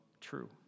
true